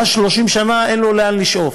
ואז 30 שנה אין לו לאן לשאוף,